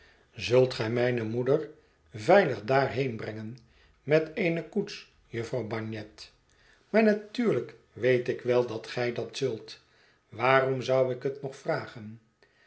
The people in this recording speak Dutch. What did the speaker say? zult gij mijne moeder veilig daarheen brengen met eene koets jufvrouw bagnet maar natuurlijk weet ik wel dat gij dat zult waarom zou ik het nog vragen